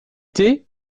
thé